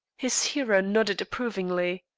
his hearer nodded approvingly.